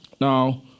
Now